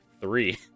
three